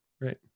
Right